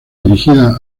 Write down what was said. dirigida